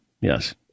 yes